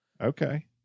Okay